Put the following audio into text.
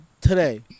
today